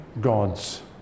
gods